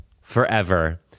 forever